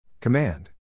Command